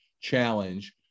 challenge